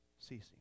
ceasing